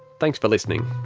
thanks for listening